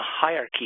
hierarchy